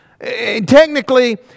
Technically